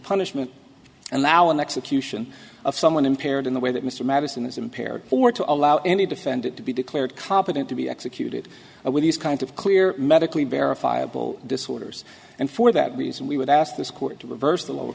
punishment and now an execution of someone impaired in the way that mr madison is impaired or to allow any defendant to be declared competent to be executed with these kind of clear medically verifiable disorders and for that reason we would ask this court to reverse the lower